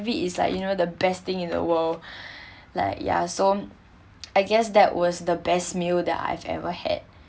have it is like you know the best thing in the world lah ya so I guess that was the best meal that I've ever had